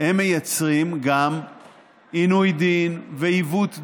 מייצרים גם עינוי דין ועיוות דין,